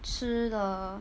吃的